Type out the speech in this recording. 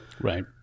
Right